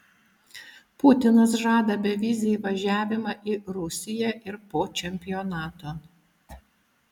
putinas žada bevizį įvažiavimą į rusiją ir po čempionato